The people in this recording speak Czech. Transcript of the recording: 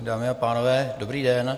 Dámy a pánové, dobrý den.